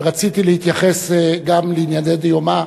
ורציתי להתייחס גם לענייני דיומא,